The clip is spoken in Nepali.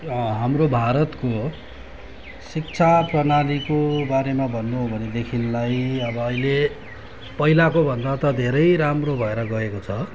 हाम्रो भारतको शिक्षा प्रणालीको बारेमा भन्नु हो भनेदेखिलाई अब अहिले पहिलाको भन्दा त धेरै राम्रो भएर गएको छ